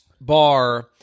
bar